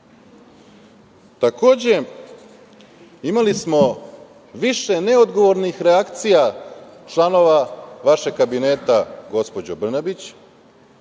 odluka. Takođe, imali smo više neodgovornih reakcija članova vašeg kabineta, gospođo Brnabić.